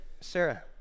Sarah